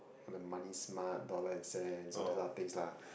all the money smart dollar and cents all these other things lah